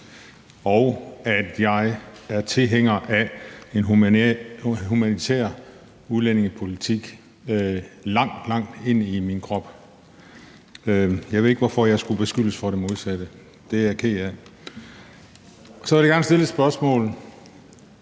og at jeg er tilhænger af en humanitær udlændingepolitik langt, langt ind i min krop. Jeg ved ikke, hvorfor jeg skulle beskyldes for det modsatte. Det er jeg ked af. Så vil jeg gerne stille et spørgsmål: